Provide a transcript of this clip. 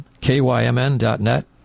KYMN.net